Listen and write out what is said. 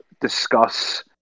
discuss